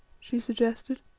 she suggested.